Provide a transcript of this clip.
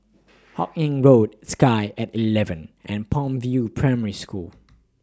Hawkinge Road Sky At eleven and Palm View Primary School